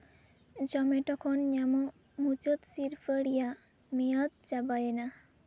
ᱡᱚᱢᱮᱴᱳ ᱠᱷᱚᱱ ᱧᱟᱢᱚᱜ ᱢᱩᱪᱟᱹᱫ ᱥᱤᱨᱯᱟᱹ ᱨᱮᱭᱟᱜ ᱢᱮᱭᱟᱫ ᱪᱟᱵᱟᱭᱮᱱᱟ